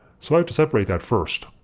so i have to separate that first.